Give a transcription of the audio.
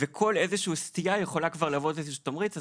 כל סטייה יכולה כבר להוות איזשהו תמריץ,